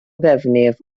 ddefnydd